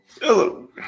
Hello